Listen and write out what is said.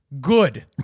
good